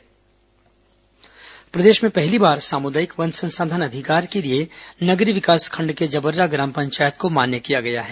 मुख्यमंत्री धमतरी प्रदेश में पहली बार सामुदायिक वन संसाधन अधिकार के लिए नगरी विकासखंड के जबर्रा ग्राम पंचायत को मान्य किया गया है